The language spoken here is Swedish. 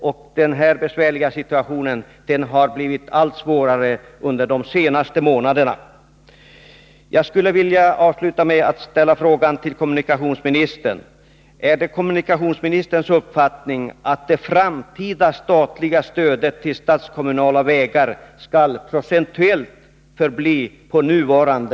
I många kommuner känns situationen mycket besvärande, och under de senaste månaderna har läget blivit allt svårare.